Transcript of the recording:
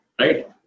right